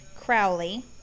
Crowley